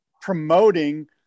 promoting